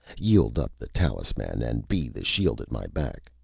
yield up the talisman, and be the shield at my back.